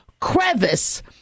crevice